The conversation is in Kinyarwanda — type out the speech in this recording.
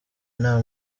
nta